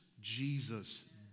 Jesus